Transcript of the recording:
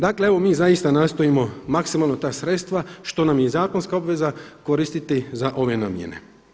Dakle mi zaista nastojimo maksimalno ta sredstva što nam je i zakonska obveza koristiti za ove namjene.